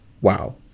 Wow